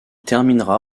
terminera